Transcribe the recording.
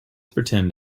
pretend